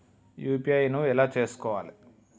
UPI ను ఎలా చేస్కోవాలి?